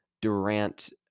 Durant